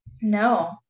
No